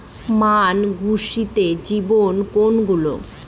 মান ঘোষিত বীজ কোনগুলি?